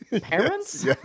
parents